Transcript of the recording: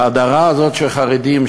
ההדרה הזאת של חרדים,